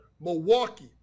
Milwaukee